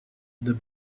the